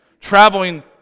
traveling